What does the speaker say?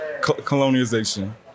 colonization